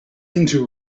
into